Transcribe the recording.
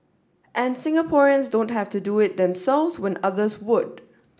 and Singaporeans don't have to do it themselves when others would